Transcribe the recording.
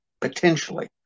potentially